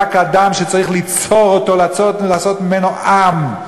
אבק אדם שצריך לעשות ממנו עם.